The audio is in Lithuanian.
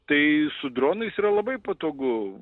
tai su dronais yra labai patogu